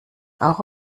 auch